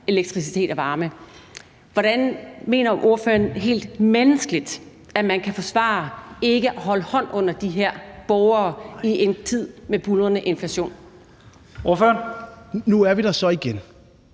elektricitet og varme. Hvordan mener ordføreren, helt menneskeligt, at man kan forsvare ikke at holde hånden under de her borgere i en tid med buldrende inflation? Kl. 14:22 Første